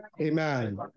Amen